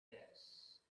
base